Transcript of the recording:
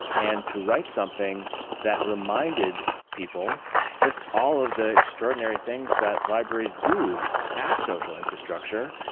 and to write something that reminded people just all of the extraordinary things that libraries do as social infrastructure.